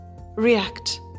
react